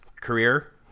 career